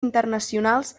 internacionals